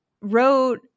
wrote